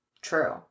True